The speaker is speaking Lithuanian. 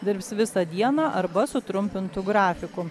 dirbs visą dieną arba sutrumpintu grafiku